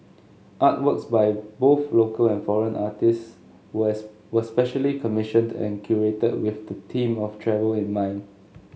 artworks by both local and foreign artists was was specially commissioned and curated with the theme of travel in mind